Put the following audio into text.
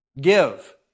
Give